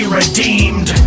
redeemed